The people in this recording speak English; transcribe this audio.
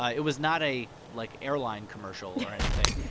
ah it was not a, like, airline commercial or anything,